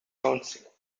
council